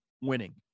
winning